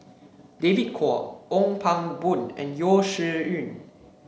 David Kwo Ong Pang Boon and Yeo Shih Yun